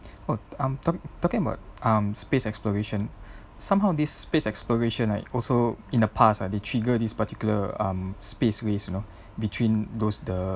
w~ um talking talking about um space exploration somehow this space exploration right also in the past ah they trigger this particular um space race you know between those the